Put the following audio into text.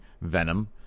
Venom